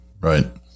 Right